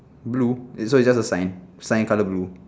blue wait so it's just a sign sign colour blue